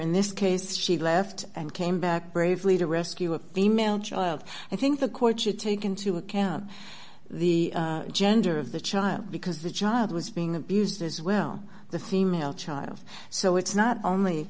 in this case she left and came back bravely to rescue a female child i think the court should take into account the gender of the child because the child was being abused as well the female child so it's not only